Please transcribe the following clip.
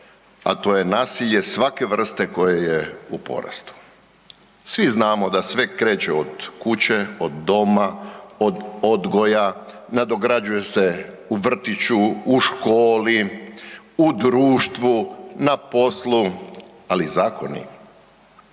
a to je nasilje svake vrste koje je u porastu. Svi znamo da sve kreće od kuće, od doma, od odgoja, nadograđuje se u vrtiću, u školi, u društvu, na poslu, ali zakoni